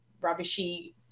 rubbishy